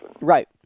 Right